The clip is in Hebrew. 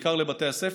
בעיקר לבתי הספר,